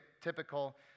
typical